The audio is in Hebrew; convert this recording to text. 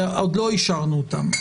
עוד לא אישרנו אותן.